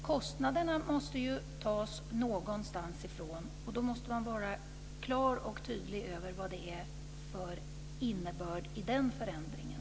Kostnaderna måste tas någonstans ifrån, och man måste vara klar och tydlig över innebörden i den här förändringen.